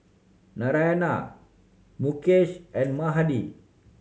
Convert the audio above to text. Naraina Mukesh and Mahade